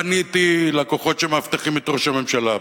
פניתי לכוחות שמאבטחים את ראש הממשלה,